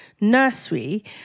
nursery